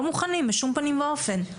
בשום פנים ואופן.